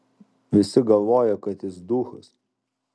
visi galvoja kad jis duchas